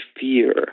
fear